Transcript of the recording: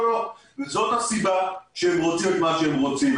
זאת הסיבה שהם רוצים את מה שהם רוצים.